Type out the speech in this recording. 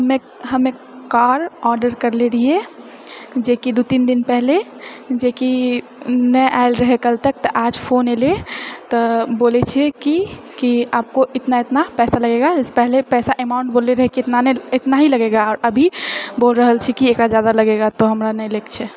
हमे हमे car order करले रहिऐ जे कि दू तीन दिन पहिले जेकि नहि आएल रहए कल तक तऽ आज फोन एलै तऽ बोलै छै कि की आपको इतना इतना पैसा लगेगा पहले पैसा एमाउन्ट बोलले रहए कि एतना नहि एतना ही लगेगा अभी बोल रहल छै कि एकरा जादा लगेगा तऽ हमरा नहि लए कऽ छै